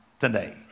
today